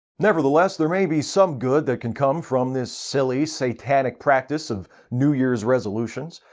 nevertheless, there may be some good that can come from this silly, satanic practice of new year's resolutions.